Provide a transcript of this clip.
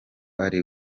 ari